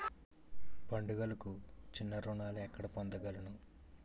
పండుగలకు చిన్న చిన్న రుణాలు ఎక్కడ పొందగలను?